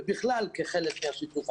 ובכלל כחלק מהשותפות.